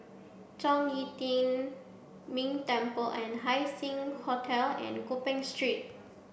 Zhong Yi Tian Ming Temple and Haising Hotel and Gopeng Street